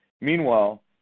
Meanwhile